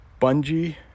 Bungee